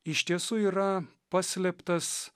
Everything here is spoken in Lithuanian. iš tiesų yra paslėptas